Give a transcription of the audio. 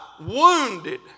wounded